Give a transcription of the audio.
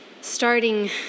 starting